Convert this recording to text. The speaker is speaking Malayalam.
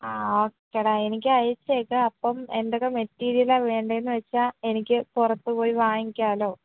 ആ ഓക്കെ ഡാ എനിക്ക് അയച്ചേക്ക് അപ്പം എന്തൊക്കെ മെറ്റീരിയൽ വേണ്ടതെന്ന് വച്ചാൽ എനിക്ക് പുറത്ത് പോയി വാങ്ങിക്കാലോ